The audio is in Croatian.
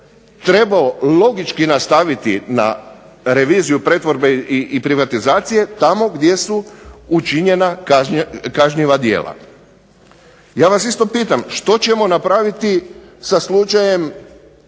trebao logički nastaviti na reviziju pretvorbe i privatizacije tamo gdje su učinjena kažnjiva djela. Ja vas isto pitam što ćemo napraviti sa slučajem